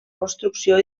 construcció